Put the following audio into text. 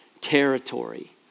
territory